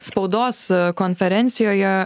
spaudos konferencijoje